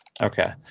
Okay